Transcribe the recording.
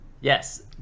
Yes